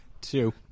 two